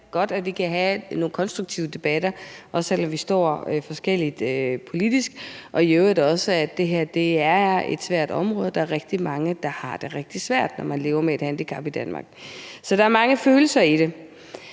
det er godt, at vi kan have nogle konstruktive debatter, også selv om vi står forskelligt politisk, og ja, det her er et svært område. Der er rigtig mange, der har det rigtig svært, når de lever med et handicap i Danmark, så der er mange følelser i det.